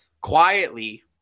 quietly